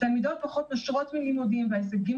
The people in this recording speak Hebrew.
תלמידות פחות נושרות מלימודים וההישגים